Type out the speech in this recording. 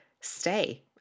stay